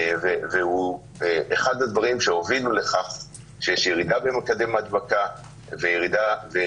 והוא אחד הדברים שהובילו לכך שיש ירידה במקדם ההדבקה ומיתון